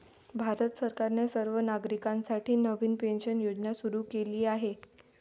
भारत सरकारने सर्व नागरिकांसाठी नवीन पेन्शन योजना सुरू केली आहे